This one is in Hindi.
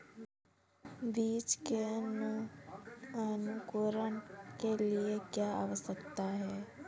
बीज के अंकुरण के लिए क्या आवश्यक है?